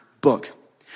book